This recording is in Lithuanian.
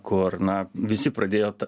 kur na visi pradėjo ta